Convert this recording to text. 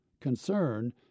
Concern